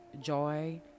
joy